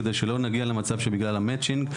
כדי שלא נגיע למצב שבגלל המצ'ינג,